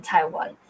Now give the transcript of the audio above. Taiwan